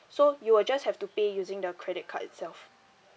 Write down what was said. so you will just have to pay using the credit card itself